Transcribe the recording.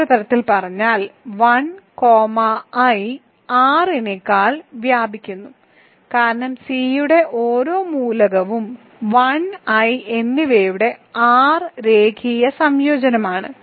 മറ്റൊരു തരത്തിൽ പറഞ്ഞാൽ 1 കോമ i R നെക്കാൾ വ്യാപിക്കുന്നു കാരണം C യുടെ ഓരോ മൂലകവും 1 i എന്നിവയുടെ R രേഖീയ സംയോജനമാണ്